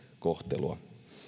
kohtelua